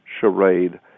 charade